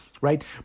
right